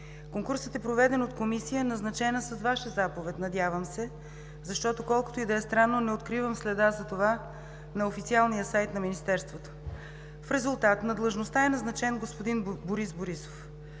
Конкурсът е проведен от комисия, назначена с Ваша заповед, надявам се, защото, колкото и да е странно, не откривам следа за това на официалния сайт на Министерството. В резултат, на длъжността е назначен господин Борис Борисов.